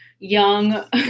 young